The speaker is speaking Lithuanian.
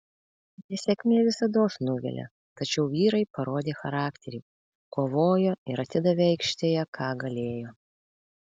nesėkmė visados nuvilia tačiau vyrai parodė charakterį kovojo ir atidavė aikštėje ką galėjo